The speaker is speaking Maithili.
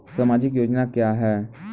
समाजिक योजना क्या हैं?